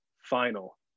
final